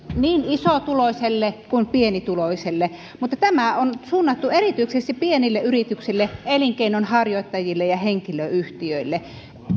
niin isotuloiselle kuin pienituloiselle mutta tämä on suunnattu erityisesti pienille yrityksille elinkeinonharjoittajille ja henkilöyhtiöille